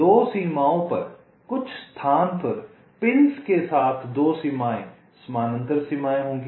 2 सीमाओं पर कुछ स्थान पर पिंस के साथ 2 सीमाएं समानांतर सीमाएं होंगी